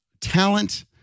talent